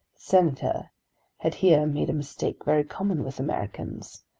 senator had here made a mistake very common with americans,